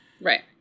Right